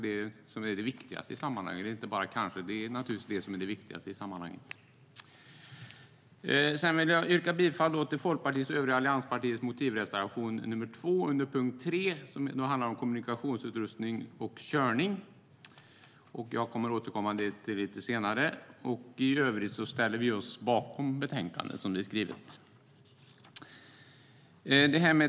Det är naturligtvis det som är det viktigaste i sammanhanget. Sedan vill jag yrka bifall till Folkpartiets och övriga allianspartiers motivreservation nr 2, under punkt 3, som handlar om kommunikationsutrustning och körning - jag kommer att återkomma till det lite senare. I övrigt ställer vi oss bakom betänkandet som det är skrivet.